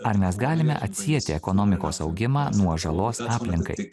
ar mes galime atsieti ekonomikos augimą nuo žalos aplinkai